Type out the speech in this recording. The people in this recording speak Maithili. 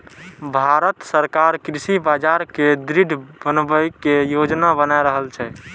भांरत सरकार कृषि बाजार कें दृढ़ बनबै के योजना बना रहल छै